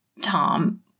Tom